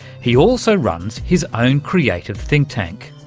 he also runs his own creative think tank.